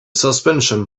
suspension